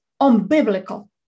unbiblical